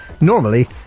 Normally